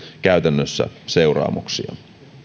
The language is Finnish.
käytännössä seuraamuksia